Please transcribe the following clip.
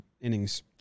innings